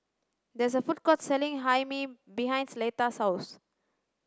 there is a food court selling hae mee behind Leta's house